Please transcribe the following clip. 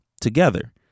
together